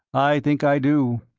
i think i do.